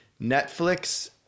Netflix